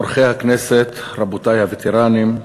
אורחי הכנסת, רבותי הווטרנים,